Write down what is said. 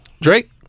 Drake